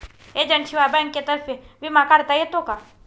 एजंटशिवाय बँकेतर्फे विमा काढता येतो का?